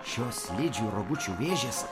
šios slidžių rogučių vėžės